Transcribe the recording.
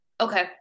Okay